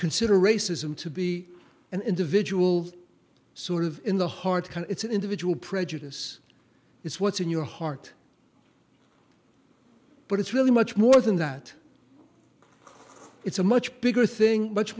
consider racism to be an individual sort of in the heart it's an individual prejudice it's what's in your heart but it's really much more than that it's a much bigger thing much